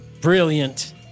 Brilliant